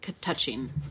touching